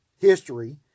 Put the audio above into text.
history